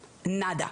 נדא.